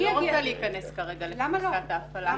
אני לא רוצה להיכנס כרגע לתפיסת ההפעלה.